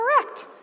correct